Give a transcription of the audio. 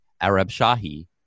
Arab-Shahi